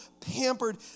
pampered